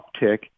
uptick